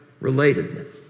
relatedness